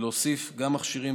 להוסיף מכשירים,